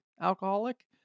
alcoholic